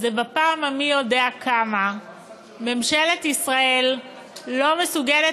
שבפעם המי-יודע-כמה ממשלת ישראל לא מסוגלת